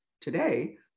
today